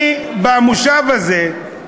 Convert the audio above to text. אני, במושב הזה,